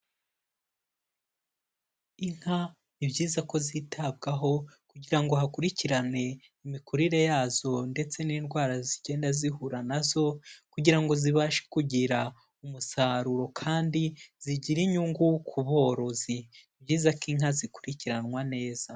Inka ni byiza ko zitabwaho kugira ngo hakurikirane imikurire yazo ndetse n'indwara zigenda zihura nazo kugira ngo zibashe kugira umusaruro kandi zigire inyungu ku borozi ni byiza ko inka zikurikiranwa neza.